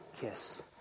kiss